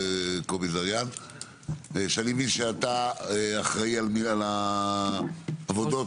שאני מבין שאתה אחראי על העבודות.